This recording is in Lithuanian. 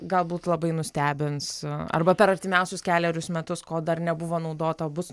galbūt labai nustebins arba per artimiausius kelerius metus ko dar nebuvo naudota bus naudojama